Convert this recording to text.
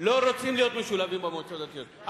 לא רוצים להיות משולבים במועצות הדתיות.